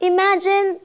Imagine